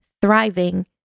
thriving